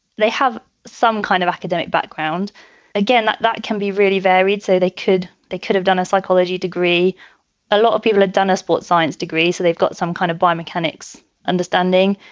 they have some kind of academic background again, that that can be really varied. so they could they could have done a psychology degree a lot of people had done a sport science degree. so they've got some kind of biomechanics understanding.